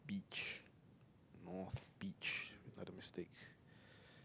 beach north beach